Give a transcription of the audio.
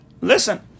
listen